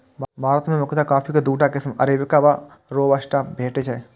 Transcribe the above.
भारत मे मुख्यतः कॉफी के दूटा किस्म अरेबिका आ रोबास्टा भेटै छै